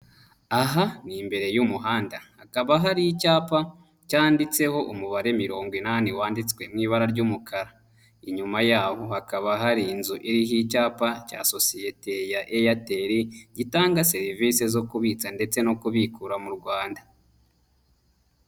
Aha ni imbere y'umuhanda, hakaba hari icyapa cyanditseho umubare mirongo inani wanditswe mu ibara ry'umukara, inyuma y'aho hakaba hari inzu iriho icyapa cya sosiyete ya Airtel gitanga serivisi zo kubitsa ndetse no kubikura mu Rwanda.